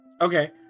Okay